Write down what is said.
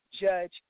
judge